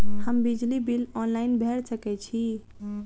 हम बिजली bill online भैर सकै छी?